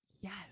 Yes